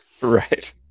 Right